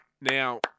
Now